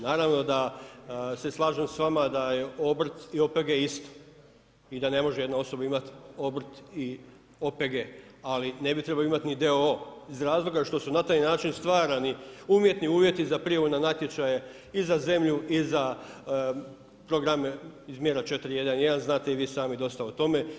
Naravno da se slažem s vama da je obrt i OPG isto i da ne može jedna osoba imati obrt i OPG ali ne bi trebao imati ni d.o.o. iz razloga što su na taj način stvarani umjetni uvjeti za prijavu na natječaje i za zemlju i za programe iz mjere 4.1.1., znate i vi sami dosta o tome.